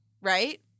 Right